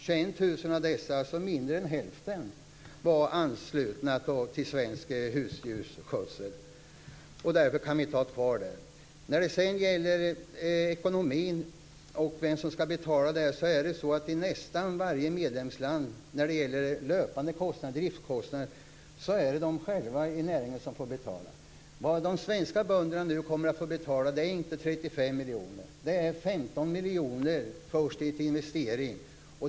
21 000 av dessa, alltså mindre än hälften, var anslutna till Svensk husdjursskötsel, därför kan vi inte ha det kvar. När det sedan gäller ekonomin och vem som skall betala det här vill jag påpeka att det i nästan varje medlemsland är näringen själv som betalar löpande kostnader och driftkostnader. Det de svenska bönderna nu kommer att få betala är inte 35 miljoner. Det är först 15 miljoner i investering.